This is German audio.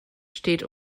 steht